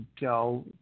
go